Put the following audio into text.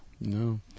No